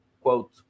quote